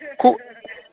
क